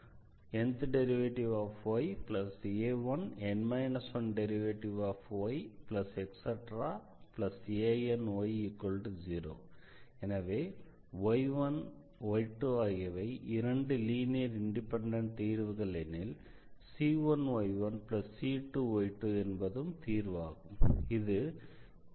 dnydxna1dn 1ydxn 1any0 எனவே y1y2 ஆகியவை இரண்டு லீனியர் இண்டிபெண்டண்ட் தீர்வுகள் எனில் c1y1c2y2 என்பதும் தீர்வு ஆகும்